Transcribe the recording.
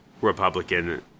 Republican